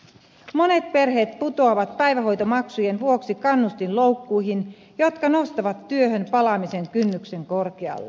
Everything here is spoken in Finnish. monet perheet putoavat päivähoitomaksujen vuoksi kannustinloukkuihin jotka nostavat työhön palaamisen kynnyksen korkealle